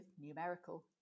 numerical